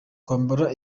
kwambara